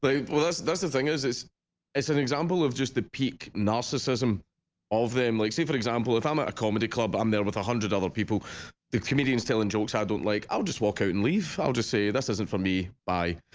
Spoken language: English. but well, that's that's the thing is this it's an example of just the peak narcissism of them like say for example if i'm at ah a comedy club. i'm there with a hundred other people the comedian's telling jokes i don't like i'll just walk out and leave i'll just say that's isn't for me bye,